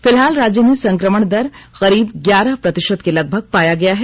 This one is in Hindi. फिलहाल राज्य में संक्रमण दर करीब ग्यारह प्रतिशत के लगभग पाया गया है